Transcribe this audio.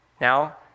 Now